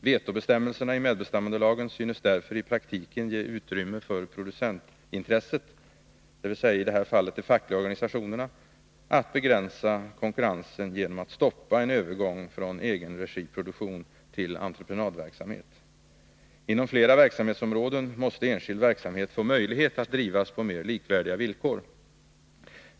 Vetobestämmelserna i medbestämmandelagen synes därför i praktiken ge utrymme för producentintresset — dvs. i det här fallet de fackliga organisationerna — att begränsa konkurrensen genom att stoppa en övergång från egenregiproduktion till entreprenadverksamhet. Inom flera verksamhetsområden måste enskild verksamhet få möjlighet att drivas på mer likvärda villkor.